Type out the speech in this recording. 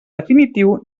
definitiu